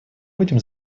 будем